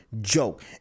joke